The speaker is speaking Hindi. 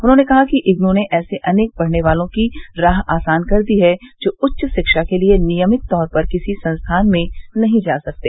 उन्होंने कहा कि इग्नू ने ऐसे अनेक पढ़ने वालों की राह आसान कर दी है जो उच्च शिक्षा के लिए नियमित तौर पर किसी संस्थान में नहीं जा सकते